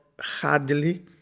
hardly